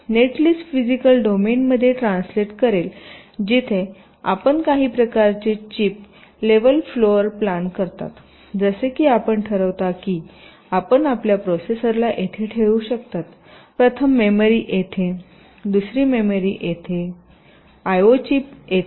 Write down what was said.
net list physical डोमेनमध्ये translate करेल जिथे आपण काही प्रकारचे चिप लेव्हल फ्लोर प्लॅन करता जसे की आपण ठरविता की आपण आपल्या प्रोसेसरला येथे ठेवू शकता प्रथम मेमरी येथे दुसरी मेमरी येथे आय ओ चीप येथे